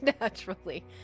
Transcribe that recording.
Naturally